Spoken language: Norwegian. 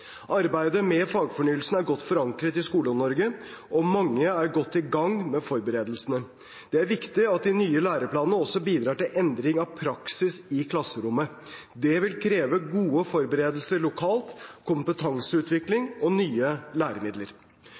Arbeidet med fagfornyelsen er godt forankret i Skole-Norge, og mange er godt i gang med forberedelsene. Det er viktig at de nye læreplanene også bidrar til endring av praksis i klasserommet. Det vil kreve gode forberedelser lokalt, kompetanseutvikling og nye læremidler.